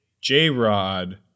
J-Rod